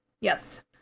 Yes